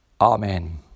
Amen